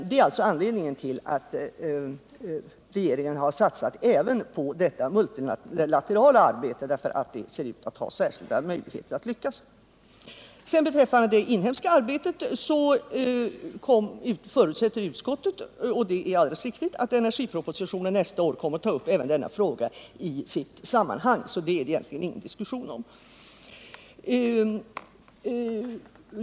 Detta är anledningen till att regeringen har satsat även på detta multinationella arbete, och det ser ut att ha särskilda möjligheter att lyckas. Beträffande det inhemska arbetet förutsätter utskottet — vilket är alldeles riktigt — att energipropositionen nästa år kommer att ta upp även denna fråga i dess sammanhang; detta är det egentligen ingen diskussion om.